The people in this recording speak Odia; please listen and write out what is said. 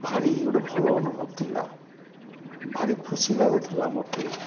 ଭାରି ଗୋଟିଏ ଭଲ ଅନୁଭବ ଥିଲା ଭାରି ଖୁସି ଲାଗୁଥିଲା ମୋତେ